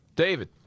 David